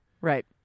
Right